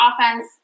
offense